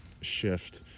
shift